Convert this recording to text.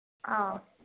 ꯑꯥ